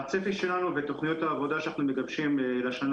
והצפי שלנו ותוכניות העבודה שאנחנו מגבשים לשנה